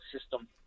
system